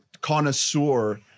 connoisseur